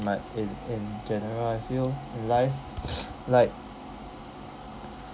but in in general I feel in life like